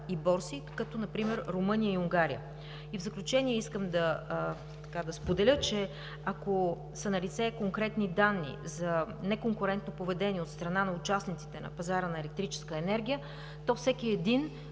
и борси като например Румъния и Унгария. В заключение искам да споделя, че ако са налице конкретни данни за неконкурентно поведение от страна на участниците на пазара на електрическа енергия, то всеки може